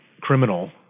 criminal